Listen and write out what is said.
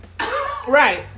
right